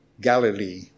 Galilee